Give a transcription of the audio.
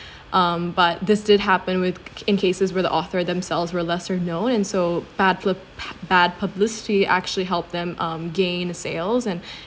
um but this did happen with in cases where the author themselves were lesser known and so bad pub~ bad publicity actually helped them um gained sales and